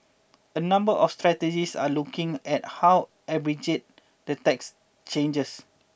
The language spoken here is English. a number of strategists are looking at how arbitrage the tax changes